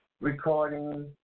recording